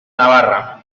navarra